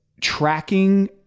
tracking